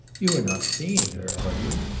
you are not seeing her, are you?